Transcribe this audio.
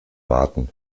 warten